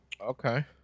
Okay